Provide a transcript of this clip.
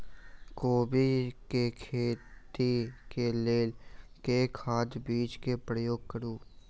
कोबी केँ खेती केँ लेल केँ खाद, बीज केँ प्रयोग करू?